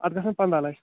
اتھ گژھن پنٛداہ لچھ